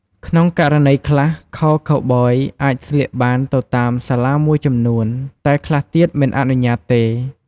ក្នុងករណីខ្លះ ខោខូវប៊យអាចស្លៀកបាននៅតាមសាលាមួយចំនួន តែខ្លះទៀតមិនអនុញ្ញាតិទេ។